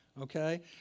Okay